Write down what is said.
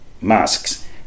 masks